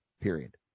period